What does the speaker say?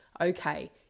okay